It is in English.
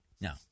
No